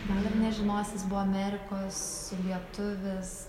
gal ir nežinosi jis buvo amerikos lietuvis